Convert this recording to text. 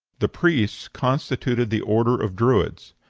the priests constituted the order of druids.